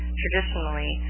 traditionally